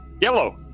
Yellow